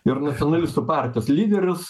ir nacionalistų partijos lyderis